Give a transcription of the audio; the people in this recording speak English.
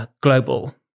global